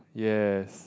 yes